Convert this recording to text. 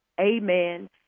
Amen